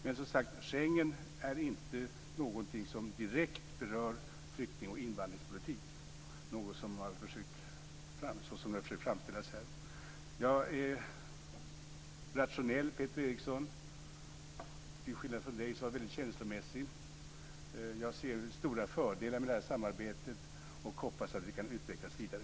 Men som sagt Schengen är inte någonting som direkt berör flykting och invandringspolitik, som det har försökt framställas här. Jag är rationell, Peter Eriksson. Till skillnad från Peter Eriksson är jag mycket känslomässig. Jag ser stora fördelar med det här samarbetet och hoppas att det kan utvecklas vidare.